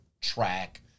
track